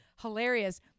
hilarious